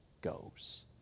goes